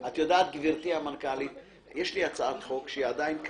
אבל כתוב לעכב נוסע מסוים ולא לעכב את כולם.